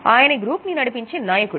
ఆయనే గ్రూప్ నీ నడిపించే నాయకుడు